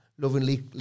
lovingly